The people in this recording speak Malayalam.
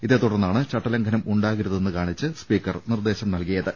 ഇതേതുടർന്നാണ് ചട്ടലംഘനം ഉണ്ടാകരുതെന്ന് കാണിച്ച് സ്പീക്കർ നിർദേശം പുറപ്പെടുവിച്ചത്